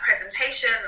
presentation